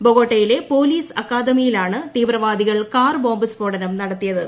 ബോഗോട്ടയിലെ police അക്കാദമിയിലാണ് തീവ്രവാദികൾ car bomb സ്ഫോടനം നടത്തിയത്